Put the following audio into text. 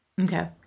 Okay